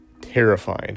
Terrifying